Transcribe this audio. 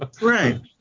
Right